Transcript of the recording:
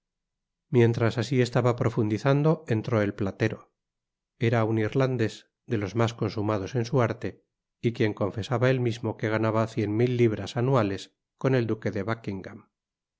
mientras asi estaba profundizando entró el platero era un irlandés de los mas consumados en su arte y quien confesaba él mismo que ganaba cien mil libras anuales con el duque de buckingam